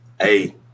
Hey